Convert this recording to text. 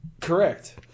Correct